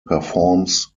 performs